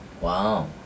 Wow